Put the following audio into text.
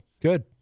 good